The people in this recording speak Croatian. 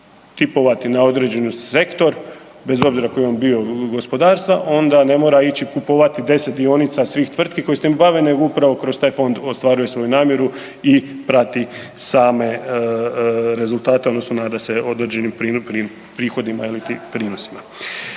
tipovati na određeni sektor, bez obzira koji on bio gospodarstva, onda ne mora ići kupovati 10 dionica svih tvrtki koje se tim bave nego upravo kroz taj fond ostvaruje svoju namjeru i prati same rezultate, odnosno nada se određenim prihodima iliti prinosima.